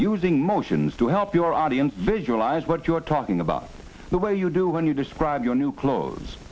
using motions to help your audience visualize what you're talking about the way you do when you describe your new clothes